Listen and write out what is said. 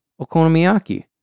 Okonomiyaki